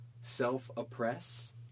self-oppress